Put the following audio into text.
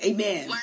Amen